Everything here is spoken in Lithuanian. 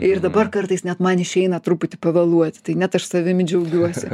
ir dabar kartais net man išeina truputį pavėluoti tai net aš savimi džiaugiuosi